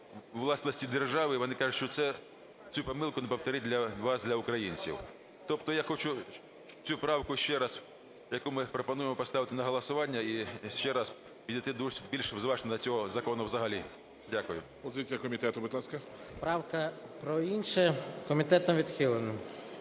власності держави, і вони кажуть, щоб цю помилку не повторити для вас, для українців. Тобто я хочу цю правку ще раз, яку ми пропонуємо поставити на голосування, і ще раз підійти більш зважено до цього закону взагалі. Дякую. ГОЛОВУЮЧИЙ. Позиція комітету, будь ласка. 12:40:45 СОЛЬСЬКИЙ М.Т. Правка про інше. Комітетом відхилена.